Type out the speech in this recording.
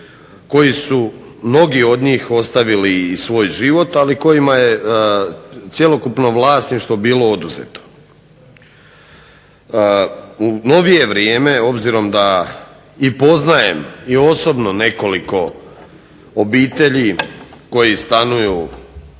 koji su mnogi od njih ostavili i svoj život, ali kojima je cjelokupno vlasništvo bilo oduzeto. U novije vrijeme, obzirom da i poznajem i osobno nekoliko obitelji koje stanuju u